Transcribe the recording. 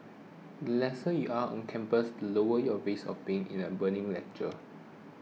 the lesser you are on campus the lower your risk of being in a burning lecture